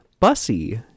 Bussy